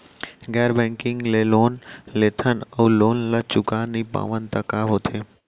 गैर बैंकिंग ले लोन लेथन अऊ लोन ल चुका नहीं पावन त का होथे?